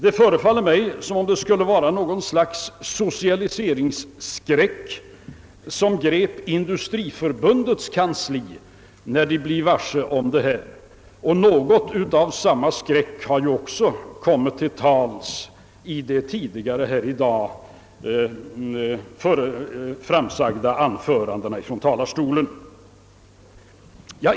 Det förefaller mig som om något slags socialiseringsskräck grep Industriförbundets kansli när det blev varse detta; något av samma skräck har också kommit till uttryck i de tidigare i dag från talarstolen framsagda anförandena.